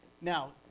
Now